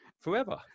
forever